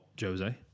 Jose